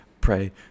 pray